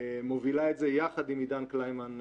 ומובילה את זה יחד עם עידן קלימן,